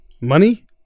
money